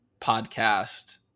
podcast